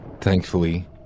thankfully